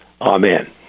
Amen